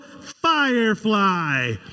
Firefly